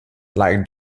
like